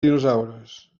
dinosaures